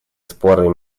споры